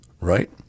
right